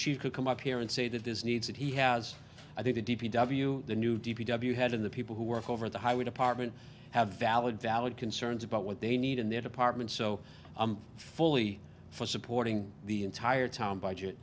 chief could come up here and say that this needs that he has i think the d p w the new d p w had in the people who work over the highway department have valid valid concerns about what they need in their department so i'm fully for supporting the entire town budget